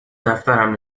دفترم